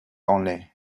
only